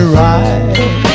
right